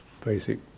basic